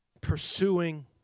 pursuing